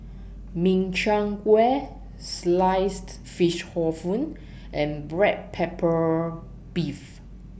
Min Chiang Kueh Sliced Fish Hor Fun and Black Pepper Beef